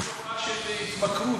יש תופעה של התמכרות,